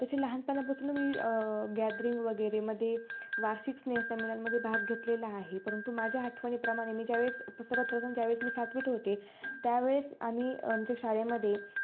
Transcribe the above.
तसे लहानपणापासून मी गॅदरिंग वगेरेमध्ये वार्षिक स्नेहसंमेलनमध्ये भाग घेतलेला आहे परंतु माझ्या आठवणीप्रमाणे मी ज्यावेळेस सर्वात प्रथम ज्यावेळेस मी सातवीत होते त्यावेळेस आम्ही आमच्या शाळेमध्ये